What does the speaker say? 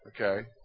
okay